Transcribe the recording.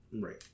Right